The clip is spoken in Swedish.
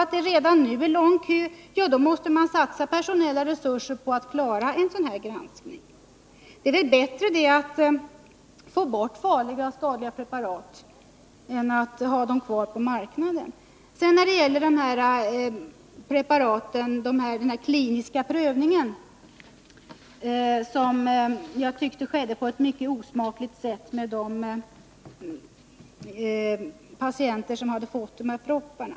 Är det redan nu en lång kö, måste man satsa mera på personella resurser för att man skall kunna klara en sådan här granskning. Det är väl bättre att få bort skadliga preparat än att ha dem kvar på marknaden. Beträffande den kliniska prövningen av nya läkemedel tycker jag att den skedde på ett mycket osmakligt sätt när det gäller de patienter som hade fått de här propparna.